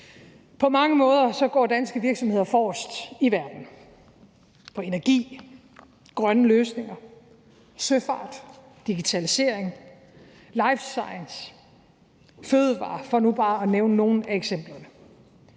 På mange måder går danske virksomheder forrest i verden: inden for energi, grønne løsninger, søfart, digitalisering, life science og fødevarer – for nu bare at nævne nogle af eksemplerne.